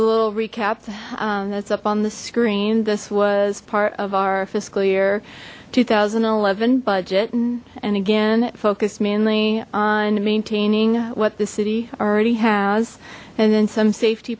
a little recap that's up on the screen this was part of our fiscal year two thousand and eleven budget and again focused mainly on maintaining what the city already has and then some safety